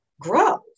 grow